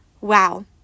Wow